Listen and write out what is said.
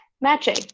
matching